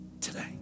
today